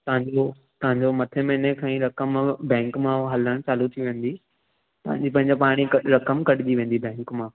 तव्हांजो तव्हांजो मथे महीने फ्री रक़म बैंक मां हलणु चालू थी वेंदी पंहिंजो पंहिंजी पाण ई रक़म कटिजी वेंदी बैंक मां